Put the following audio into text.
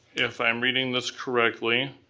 if i'm reading this correctly,